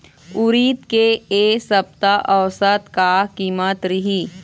उरीद के ए सप्ता औसत का कीमत रिही?